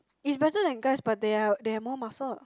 is better than guys but they are they have more muscle